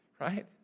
right